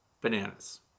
bananas